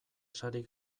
sari